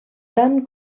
tant